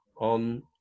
on